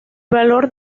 valor